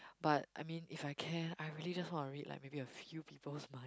but I mean if I can I really just want to read like maybe a few people's minds